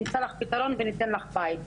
נמצא לך פתרון וניתן לך בית.